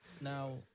Now